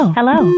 Hello